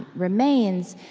remains.